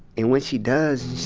and when she does,